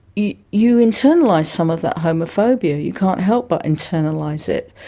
you you internalise some of that homophobia. you can't help but internalise it.